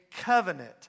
covenant